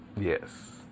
yes